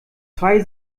zwei